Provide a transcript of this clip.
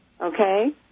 okay